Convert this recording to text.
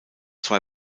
zwei